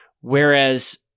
whereas